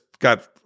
got